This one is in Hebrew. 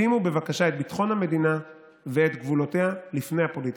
שימו בבקשה את ביטחון המדינה ואת גבולותיה לפני הפוליטיקה.